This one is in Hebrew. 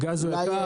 הגז לא יקר,